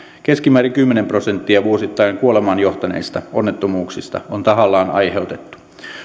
keskimäärin kymmenen prosenttia vuosittain kuolemaan johtaneista onnettomuuksista on tahallaan aiheutettu